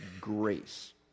grace